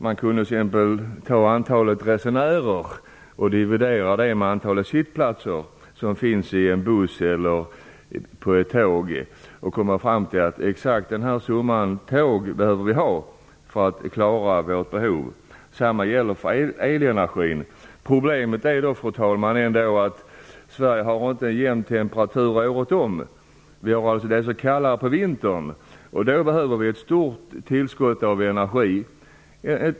Man kan ta antalet resenärer och dividera det med antalet sittplatser som finns i en buss eller på ett tåg och komma fram till exakt den summa tåg som vi behöver ha för att klara våra behov. Detsamma gäller för elenergin. Problemet är då, fru talman, att Sverige inte har jämn temperatur året om. Vi har kallare på vintern. Då behöver vi ett stort tillskott av energi.